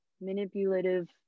manipulative